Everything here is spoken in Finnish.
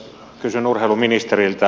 kysyn urheiluministeriltä